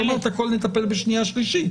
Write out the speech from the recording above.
ונטפל בקריאה שנייה ושלישית,